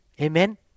Amen